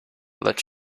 let